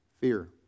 fear